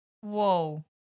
Whoa